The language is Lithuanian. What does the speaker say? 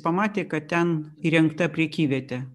pamatė kad ten įrengta prekyvietė